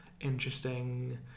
interesting